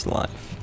life